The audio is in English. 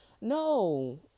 No